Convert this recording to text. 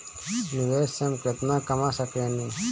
निवेश से हम केतना कमा सकेनी?